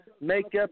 makeup